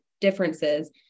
differences